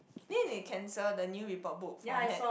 then they cancel the new report book format